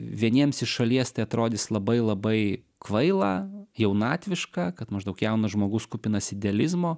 vieniems iš šalies tai atrodys labai labai kvaila jaunatviška kad maždaug jaunas žmogus kupinas idealizmo